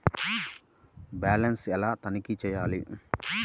Balance ఎలా తనిఖీ చేయాలి?